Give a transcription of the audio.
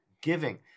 giving